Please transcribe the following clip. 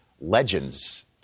legends